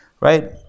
Right